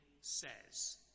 says